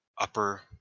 upper